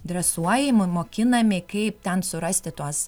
dresuojami mokinami kaip ten surasti tuos